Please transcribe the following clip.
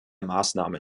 maßnahmen